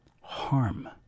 harm